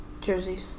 jerseys